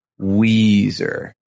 Weezer